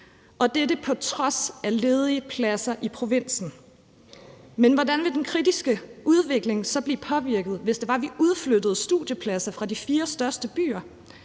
og dette er på trods af ledige pladser i provinsen. Men hvordan ville den kritiske udvikling så blive påvirket, hvis det var, vi udflyttede studiepladser fra de fire største byer?